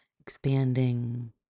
expanding